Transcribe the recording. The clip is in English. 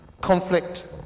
conflict